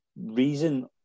reason